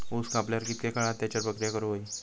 ऊस कापल्यार कितके काळात त्याच्यार प्रक्रिया करू होई?